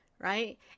right